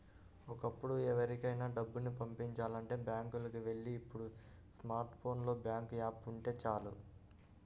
ఒకప్పుడు ఎవరికైనా డబ్బుని పంపిచాలంటే బ్యాంకులకి వెళ్ళాలి ఇప్పుడు స్మార్ట్ ఫోన్ లో బ్యాంకు యాప్ ఉంటే చాలు